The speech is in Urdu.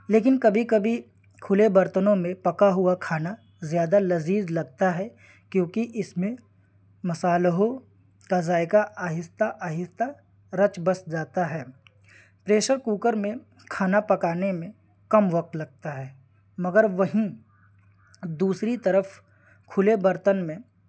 لیکن کبھی کبھی کھلے برتنوں میں پکا ہوا کھانا زیادہ لذیذ لگتا ہے کیونکہ اس میں مصالحوں کا ذائقہ آہستہ آہستہ رچ بس جاتا ہے پریشر کوکر میں کھانا پکانے میں کم وقت لگتا ہے مگر وہیں دوسری طرف کھلے برتن میں